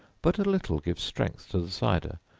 but a little gives strength to the cider,